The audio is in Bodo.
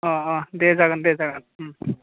अ अ दे जागोन दे जागोन